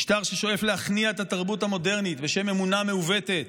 ממשטר ששואף להכניע את התרבות המודרנית בשם אמונה מעוותת,